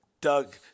Doug